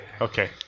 Okay